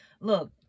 look